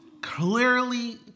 clearly